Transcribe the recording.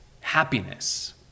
happiness